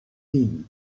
din